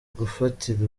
gufatira